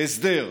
הסדר.